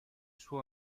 suo